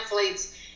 athletes